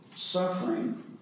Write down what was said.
Suffering